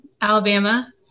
Alabama